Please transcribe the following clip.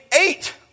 eight